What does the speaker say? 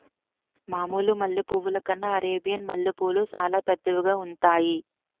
మామూలు మల్లె పువ్వుల కన్నా అరేబియన్ మల్లెపూలు సాలా పెద్దవిగా ఉంతాయి